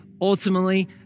Ultimately